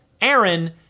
Aaron